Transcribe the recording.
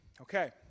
okay